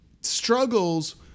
struggles